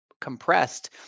compressed